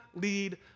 lead